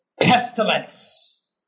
pestilence